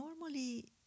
normally